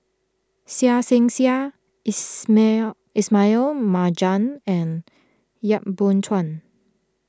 Seah Seah Ismail Ismail Marjan and Yap Boon Chuan